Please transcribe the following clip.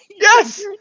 Yes